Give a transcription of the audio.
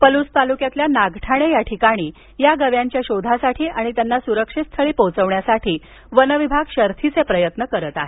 पलूस तालुक्यातील नागठाणे या ठिकाणी या गव्यांच्या शोधासाठी आणि त्यांना सुरक्षितस्थळी पोहीचाव्ण्यासाठी वन विभाग शर्थीचे प्रयत्न करत आहे